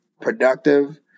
productive